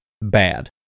bad